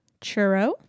churro